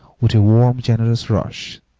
with a warm, generous rush,